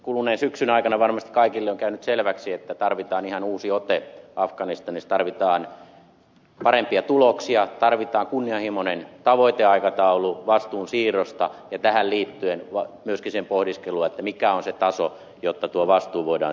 kuluneen syksyn aikana varmasti kaikille on käynyt selväksi että tarvitaan ihan uusi ote afganistanissa tarvitaan parempia tuloksia tarvitaan kunnianhimoinen tavoiteaikataulu vastuun siirrosta ja tähän liittyen myöskin sen pohdiskelua mikä on se taso jotta tuo vastuu voidaan siirtää